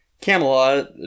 Camelot